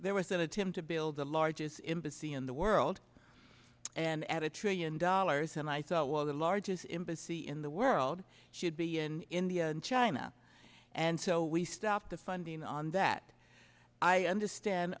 there was that him to build the largest embassy in the world and add a trillion dollars and i thought well the largest embassy in the world should be in india and china and so we stop the funding on that i understand